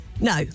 No